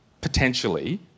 potentially